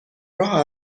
راه